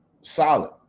solid